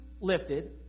lifted